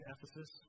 Ephesus